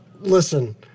Listen